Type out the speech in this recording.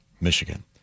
Michigan